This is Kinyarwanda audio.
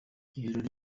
ibirori